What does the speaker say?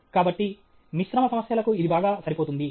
కాబట్టి మిశ్రమ సమస్యలకు ఇది బాగా సరిపోతుంది